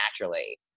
naturally